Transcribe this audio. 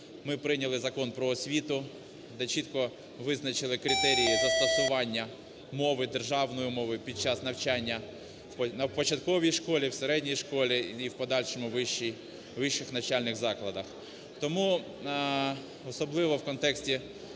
ми прийняли Закон про освіту, де чітко визначили критерії застосування мови, державної мови, під час навчання в початковій школі, в середній школі і в подальшому в вищих навчальних закладах. Тому особливо в контексті